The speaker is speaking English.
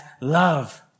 love